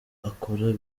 akora